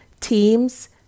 teams